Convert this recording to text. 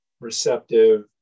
receptive